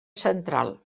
central